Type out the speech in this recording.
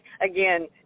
again